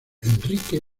enrique